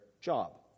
job